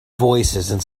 voicesand